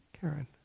Karen